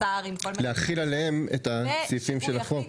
השר עם כל מיני -- להחיל עליהם את הסעיפים של החוק?